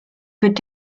peut